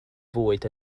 fwyd